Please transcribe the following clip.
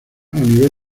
nivel